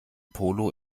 polo